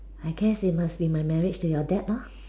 I guess it must be my marriage to your dad lor